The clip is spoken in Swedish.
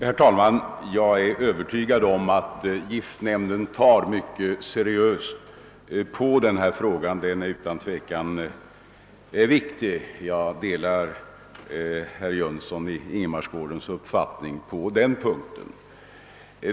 Herr talman! Jag är övertygad om att giftnämnden tar mycket seriöst på denna fråga. Den är utan tvivel viktig — jag delar herr Jönssons i Ingemarsgården uppfattning på den punkten.